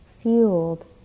fueled